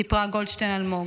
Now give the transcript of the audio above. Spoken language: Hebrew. סיפרה גולדשטיין-אלמוג,